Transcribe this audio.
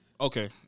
Okay